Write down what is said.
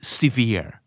severe